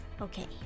Okay